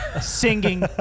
singing